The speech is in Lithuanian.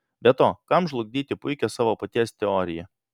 be to kam žlugdyti puikią savo paties teoriją